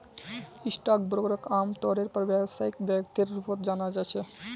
stock ब्रोकरक आमतौरेर पर व्यवसायिक व्यक्तिर रूपत जाना जा छे